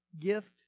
gift